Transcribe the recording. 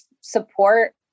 support